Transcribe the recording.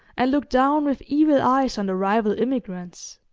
and looked down with evil eyes on the rival immigrants.